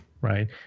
Right